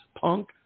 punk